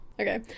Okay